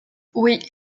oui